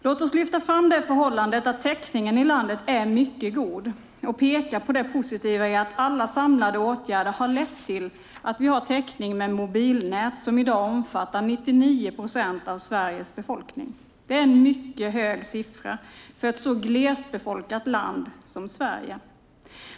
Låt oss lyfta fram det förhållandet att täckningen i landet är mycket god och peka på det positiva i att alla samlade åtgärder har lett till att vi har täckning med mobilnät som i dag omfattar 99 procent av Sveriges befolkning. Det är en mycket hög siffra för ett så glesbefolkat land som Sverige.